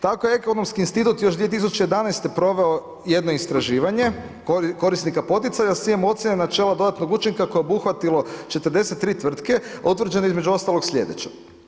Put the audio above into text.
Tako je Ekonomski institut još 2011. proveo jedno istraživanje korisnika poticaja s ciljem ocjene načela dodatnog učinka koje je obuhvatilo 43 tvrtke, a utvrđeno je između ostalog sljedeće.